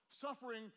suffering